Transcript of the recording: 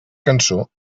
cançó